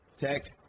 text